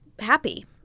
happy